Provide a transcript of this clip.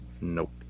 Nope